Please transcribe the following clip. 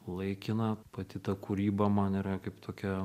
laikina pati ta kūryba man yra kaip tokia